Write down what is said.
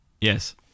Yes